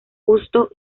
justo